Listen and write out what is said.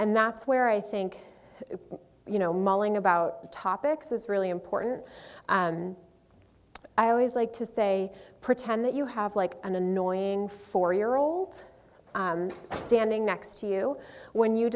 and that's where i think you know mulling about topics is really important and i always like to say pretend that you have like an annoying four year old standing next to you when you